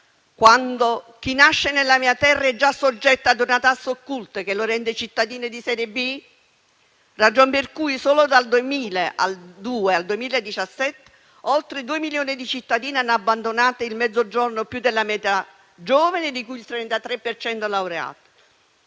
quando chi nasce nella mia terra è già soggetto a una tassa occulta, che lo rende un cittadino di serie B? Ragion per cui, solo dal 2002 al 2017, oltre due milioni di cittadini hanno abbandonato il Mezzogiorno, più della metà giovani, il 33 per cento